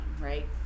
right